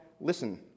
listen